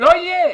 לא יהיו,